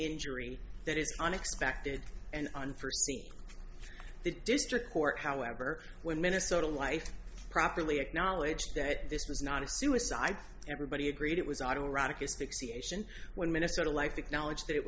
injury that is unexpected and unforseen the district court however when minnesota life properly acknowledged that this was not a suicide everybody agreed it was auto rockets pixy ation when minnesota life acknowledged that it